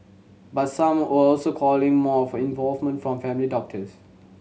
but some are also calling more for involvement from family doctors